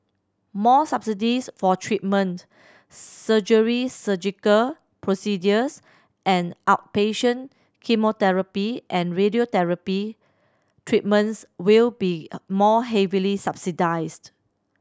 more subsidies for treatment surgery Surgical procedures and outpatient chemotherapy and radiotherapy treatments will be more heavily subsidised